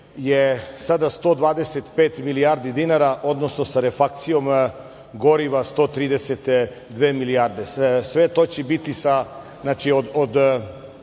je sada 125 milijardi dinara, odnosno sa refakcijom goriva 132 milijarde. Sve to će biti,